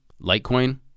Litecoin